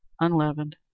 Unleavened